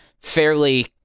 fairly